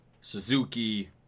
Suzuki